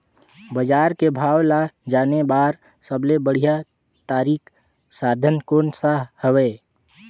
बजार के भाव ला जाने बार सबले बढ़िया तारिक साधन कोन सा हवय?